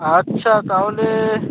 আচ্ছা তাহলে